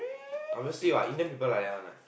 obviously what Indian people like that one what